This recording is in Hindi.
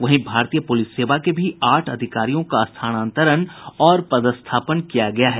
वहीं भारतीय पुलिस सेवा के भी आठ अधिकारियों का स्थानांतरण और पदस्थापन किया गया है